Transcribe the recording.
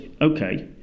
okay